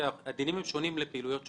כי הדינים שונים לפעילויות שונות.